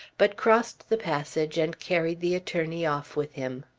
but crossed the passage and carried the attorney off with him.